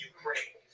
Ukraine